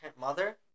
mother